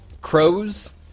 crows